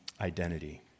identity